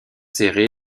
serrée